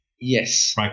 yes